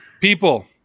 people